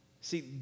See